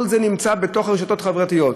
כל זה נמצא בתוך הרשתות החברתיות.